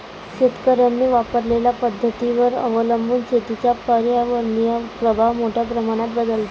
शेतकऱ्यांनी वापरलेल्या पद्धतींवर अवलंबून शेतीचा पर्यावरणीय प्रभाव मोठ्या प्रमाणात बदलतो